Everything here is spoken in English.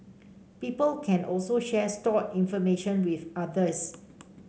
people can also share stored information with others